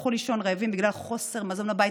הלכו לישון רעבים בגלל חוסר מזון בבית.